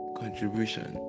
contribution